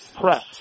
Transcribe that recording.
press